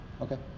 Okay